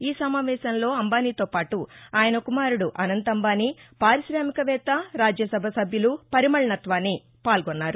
ఈ సమావేశంలో అంబానీతో పాటు ఆయన కుమారుడు అసంత్ అంబానీ పార్కిశామిక వేత్త రాజ్యసభ సభ్యులు పరిమళ్నత్వానీ పాల్గొన్నారు